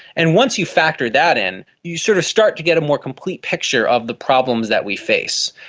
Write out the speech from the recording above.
and once you factor that in you sort of start to get a more complete picture of the problems that we face.